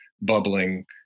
bubbling